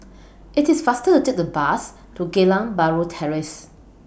IT IS faster to Take The Bus to Geylang Bahru Terrace